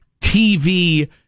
TV